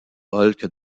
hulk